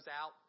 out